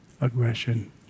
aggression